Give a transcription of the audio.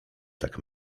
tak